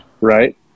Right